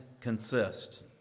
consist